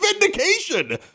vindication